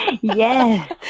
Yes